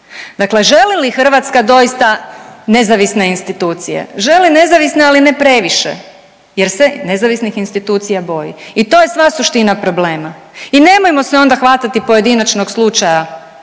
Dakle, želi li Hrvatska doista nezavisne institucije? Želi nezavisne ali ne previše, jer se nezavisnih institucija boji. I to je sva suština problema. I nemojmo se onda hvatati pojedinačnog slučaja,